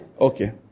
Okay